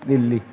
Delhi